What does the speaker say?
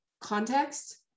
context